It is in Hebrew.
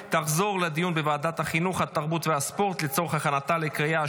לוועדת החינוך, התרבות והספורט נתקבלה.